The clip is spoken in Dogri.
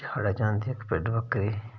साढ़े च आंदी इक भिड्ड बक्करी